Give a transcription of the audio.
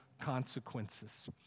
consequences